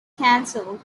canceled